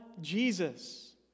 Jesus